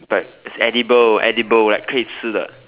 but it's edible edible like 可以吃的